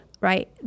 Right